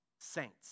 saints